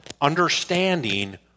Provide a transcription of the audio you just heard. understanding